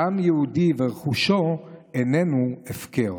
דם יהודי ורכושו אינם הפקר.